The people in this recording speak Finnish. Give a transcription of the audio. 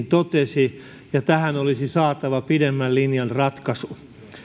totesi ja tähän olisi saatava pidemmän linjan ratkaisu